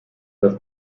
das